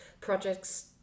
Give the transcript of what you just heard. projects